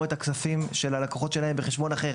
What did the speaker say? את הכספים של הלקוחות שלהם בחשבון אחר,